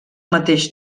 mateix